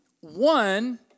One